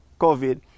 COVID